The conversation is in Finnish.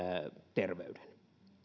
terveyden